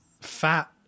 fat